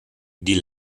die